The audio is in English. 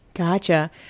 Gotcha